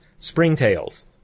springtails